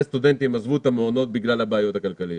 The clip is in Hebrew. סטודנטים עזבו את המעונות בגלל הבעיות הכלכליות?